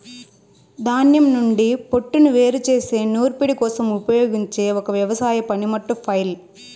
ధాన్యం నుండి పోట్టును వేరు చేసే నూర్పిడి కోసం ఉపయోగించే ఒక వ్యవసాయ పనిముట్టు ఫ్లైల్